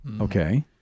Okay